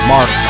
Mark